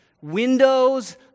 Windows